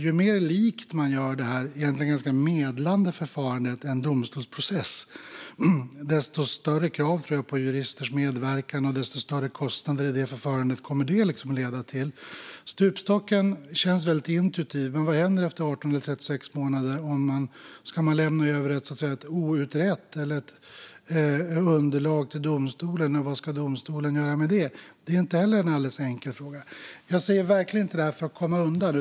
Ju mer likt en domstolsprocess man gör detta egentligen ganska medlande förfarande, desto större krav kommer det att ställa på juristers medverkan och desto större kostnader i förfarandet kommer detta att leda till. Stupstocken känns intuitivt som ett väldigt bra förslag, men vad händer efter 18 eller 36 månader? Ska man lämna över ett outrett underlag till domstolen, och vad ska domstolen göra med det? Det är inte heller en alldeles enkel fråga. Jag säger verkligen inte detta för att komma undan.